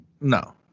No